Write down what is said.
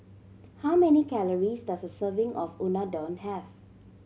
how many calories does a serving of Unadon have